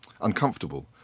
uncomfortable